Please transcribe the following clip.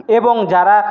এবং যারা